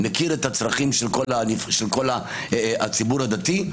מכיר את הצרכים של כל הציבור הדתי,